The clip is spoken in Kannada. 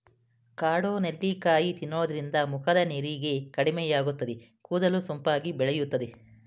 ಕಾಡು ನೆಲ್ಲಿಕಾಯಿ ತಿನ್ನೋದ್ರಿಂದ ಮುಖದ ನೆರಿಗೆ ಕಡಿಮೆಯಾಗುತ್ತದೆ, ಕೂದಲು ಸೊಂಪಾಗಿ ಬೆಳೆಯುತ್ತದೆ